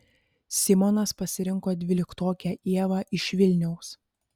simonas pasirinko dvyliktokę ievą iš vilniaus